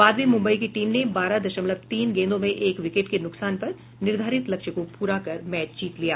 बाद में मुम्बई की टीम ने बारह दशमलव तीन गेंदों में एक विकेट के नुकसान पर निर्धारित लक्ष्य को पूरा कर मैच जीत लिया